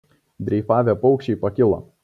dreifavę paukščiai pakilo